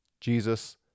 Jesus